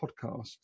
podcast